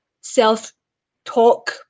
self-talk